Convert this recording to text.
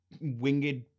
winged